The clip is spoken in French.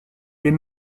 est